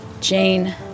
Jane